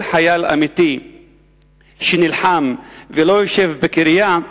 כל חייל אמיתי שנלחם ולא יושב בקריה,